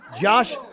Josh